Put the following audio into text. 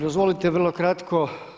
Dozvolite vrlo kratko.